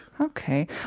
okay